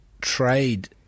trade